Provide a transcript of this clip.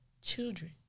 children